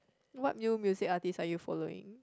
what new music artist are you following